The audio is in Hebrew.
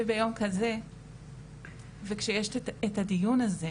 שביום כזה וכשיש את הדיון הזה,